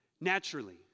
Naturally